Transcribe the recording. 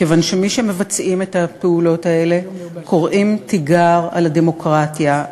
כיוון שמי שמבצעים את הפעולות האלה קוראים תיגר על הדמוקרטיה,